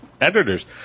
editors